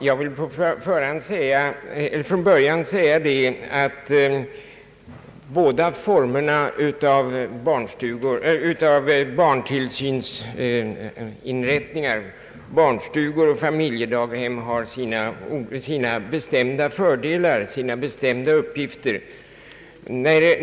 Jag vill från början säga att båda formerna av barntillsynsinrättningar — barnstugor och familjedaghem — har sina bestämda uppgifter.